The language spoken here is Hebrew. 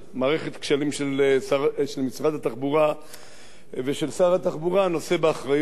מערכת כשלים של משרד התחבורה ושל שר התחבורה הנושא באחריות,